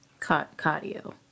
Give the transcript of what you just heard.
Cardio